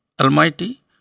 Almighty